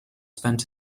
spend